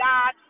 God